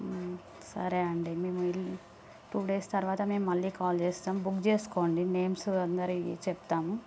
సరే అండి మేము ఇల్ టూ డేస్ తర్వాత మేము మళ్ళీ కాల్ చేస్తాం బుక్ చేసుకోండి నేమ్స్ అందరివి చెప్తాము